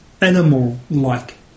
animal-like